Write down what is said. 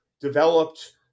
developed